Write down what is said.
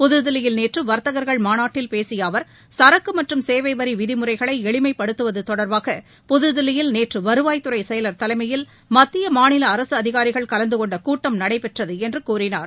புதுதில்லியில் நேற்று வர்த்தகர்கள் மாநாட்டில் பேசிய அவர் ஏக்கு மற்றும் சேவை வரி விதிமுறைகளை எளிமைப்படுத்துவது தொடர்பாக புதுதில்லியில் நேற்று வருவாய் துறை செயலர் தலைமையில் மத்திய மாநில அரசு அதிகாரிகள் கலந்துகொண்ட கூட்டம் நடைபெற்றது என்று கூறினார்